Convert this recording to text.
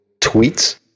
tweets